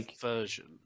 version